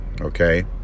okay